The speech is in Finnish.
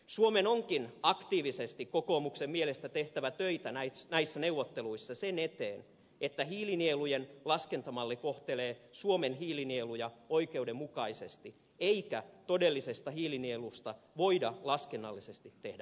suomen onkin kokoomuksen mielestä aktiivisesti tehtävä töitä näissä neuvotteluissa sen eteen että hiilinielujen laskentamalli kohtelee suomen hiilinieluja oikeudenmukaisesti eikä todellisesta hiilinielusta voida laskennallisesti tehdä päästöä